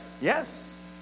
yes